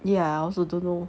ya I also don't know